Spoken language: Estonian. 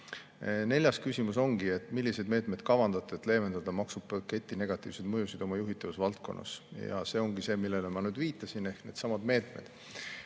Neljas küsimus ongi: "Milliseid meetmeid kavandate, et leevendada maksupaketi negatiivseid mõjusid oma juhitavas valdkonnas?" See ongi see, millele ma viitasin, ehk needsamad meetmed.